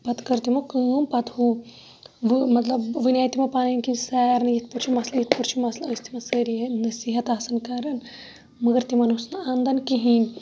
پَتہٕ کٔر تِمو کٲم پَتہٕ ہُہ مَطلَب ونیاے تِمو پَنٕنۍ کِنۍ سارنے یِتھ پٲٹھۍ چھُ مَسلہٕ یِتھ پٲٹھۍ چھُ مَسلہٕ ٲسۍ تِمَن سٲری یِہَے نصیحَت آسان کَران مَگَر تِمَن اوس نہِ اَندان کِہِنۍ